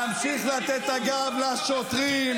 נמשיך לתת את הגב לשוטרים.